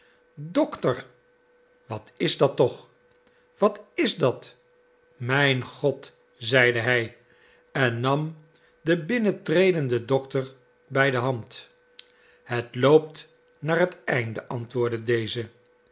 dokter wat is dat toch wat is dat mijn god zeide hij en nam den binnentredenden dokter bij de hand het loopt naar het einde antwoordde deze